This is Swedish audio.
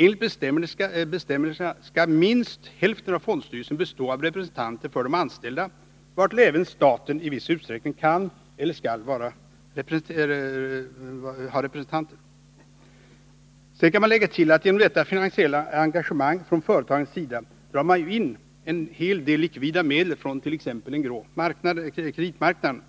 Enligt bestämmelserna skall minst hälften av fondstyrelsen bestå av representanter för de anställda, vartill även staten i viss utsträckning kan eller skall ha representanter. Sedan kan man ju lägga till att genom detta finansiella engagemang från företagens sida drar man in en hel del likvida medel från t.ex. den grå kreditmarknaden,